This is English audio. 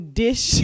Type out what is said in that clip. dish